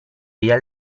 via